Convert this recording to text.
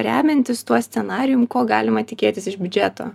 remiantis tuo scenarijum ko galima tikėtis iš biudžeto